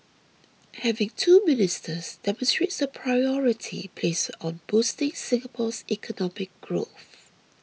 having two ministers demonstrates the priority placed on boosting Singapore's economic growth